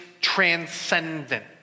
transcendent